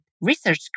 Research